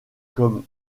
comme